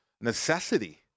necessity